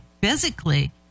physically